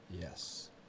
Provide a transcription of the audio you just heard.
yes